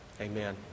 Amen